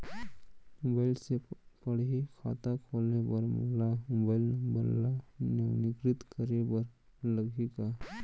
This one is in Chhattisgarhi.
मोबाइल से पड़ही खाता खोले बर मोला मोबाइल नंबर ल नवीनीकृत करे बर लागही का?